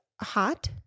hot